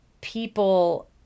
people